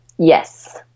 Yes